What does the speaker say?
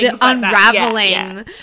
unraveling